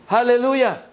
Hallelujah